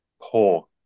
poor